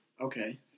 Okay